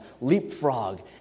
LeapFrog